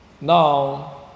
Now